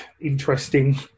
interesting